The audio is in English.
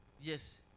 Yes